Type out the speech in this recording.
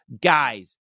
Guys